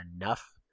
enough